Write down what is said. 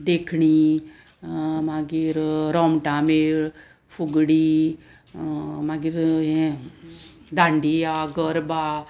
देखणी मागीर रोमटामेळ फुगडी मागीर हे दांडीया गरबा